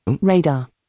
radar